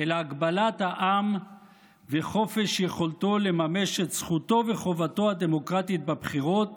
אלא הגבלת העם וחופש יכולתו לממש את זכותו ואת חובתו הדמוקרטית בבחירות